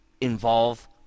involve